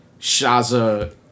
Shaza